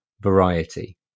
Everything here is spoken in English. variety